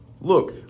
Look